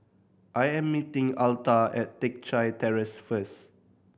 I am meeting Altha at Teck Chye Terrace first